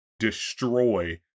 destroy